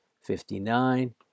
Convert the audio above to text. fifty-nine